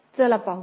चला पाहूया